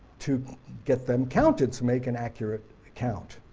to get them counted, to make an accurate account.